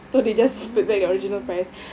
oh